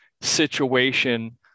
situation